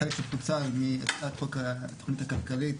החלק שפוצל מחוק התוכנית הכלכלית